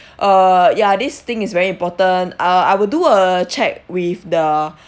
err ya this thing is very important uh I will do a check with the